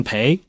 Pay